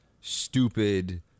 stupid